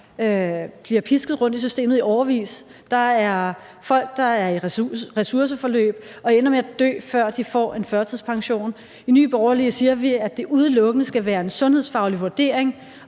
som bliver pisket rundt i systemet i årevis. Der er folk, der er i ressourceforløb og ender med at dø, før de får en førtidspension. I Nye Borgerlige siger vi, at det udelukkende skal være en sundhedsfaglig vurdering,